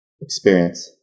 experience